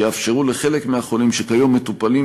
שיאפשרו לחלק מהחולים שכיום מטופלים